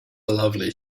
lovely